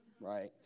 right